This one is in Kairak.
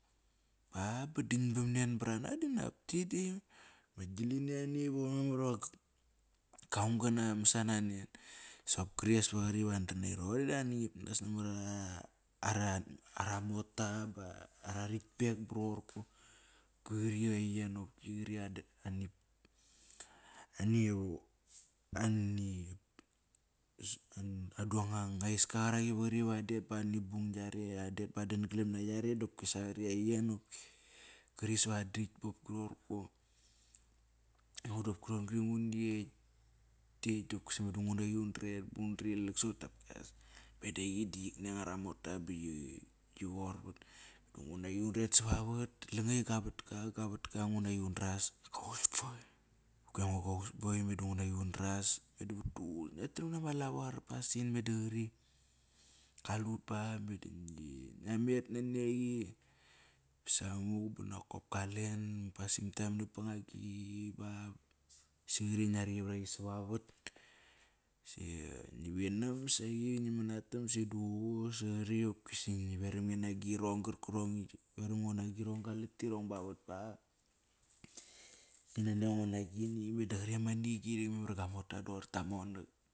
Ba, ba danbam nen brama dopki di ma gilini ani koir memar iva kaung ge masana nen Sopkri as vaqari an danaqi roqori da ani ngipnas nama ara mota ba ararektpek ba rorko. Kri aiyen qopkri andru anga iska qarak iva qari va adet bani bung gia re, adet ba adan galam na yare dopkia qari ai yen qopki. Kri sava dakt bopki rorko. Aingo dopkri nguna ekt. Kekt kopisa meda nguna qi undret, bun rilak sopdopkias meda qitneng ara mota ba qi vorvat. Meda ngunaqi undret savavat langatis igua vatka, guavatka, ngunaqi undras gu house boy. Qopki aingo go house boy meda ngunaqi undras. Meda vutduququs et, ngia kalut ba ngiamet nani, aqi ba samuk ban nokop kalen, pasim time nap banagi ba bisi qari ngia rir varaqi savavat. Si ngi vinam saqi ngi manatam si duququs si qari veram nge na girong karkarong varango na girong gua latirong ba rat ba si nani ango na gini.